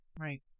Right